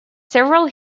several